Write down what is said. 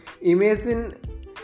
Imagine